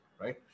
right